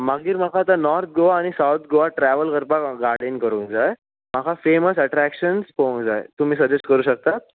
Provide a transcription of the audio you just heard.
मागीर म्हाका आतां नोर्त गोवा आनी साउत गोवा ट्रेवल करपाक गाडयेन करूंक जाय म्हाका फेमस एट्रेकशन्स पोवूंक जाय तुमी सजेस्ट करूंक शकतात